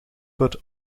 put